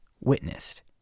witnessed